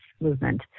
movement